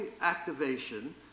activation